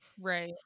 Right